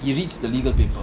he reads the legal paper